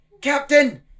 captain